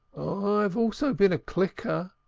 i have also been a clicker,